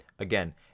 Again